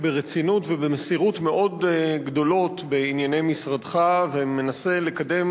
ברצינות ובמסירות מאוד גדולה בענייני משרדך ומנסה לקדם